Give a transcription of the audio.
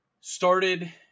started